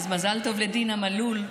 אז מזל טוב לדינה מלול.